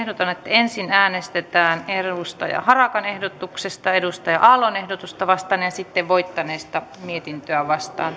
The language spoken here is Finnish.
ensin äänestetään lauri ihalaisen ehdotuksesta antero vartian ehdotusta vastaan ja lopuksi voittaneesta mietintöä vastaan